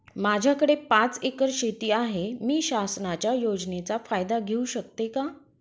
माझ्याकडे पाच एकर शेती आहे, मी शासनाच्या योजनेचा फायदा घेऊ शकते का?